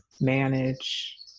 manage